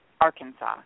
Arkansas